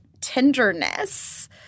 tenderness –